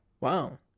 Wow